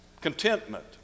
contentment